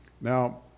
Now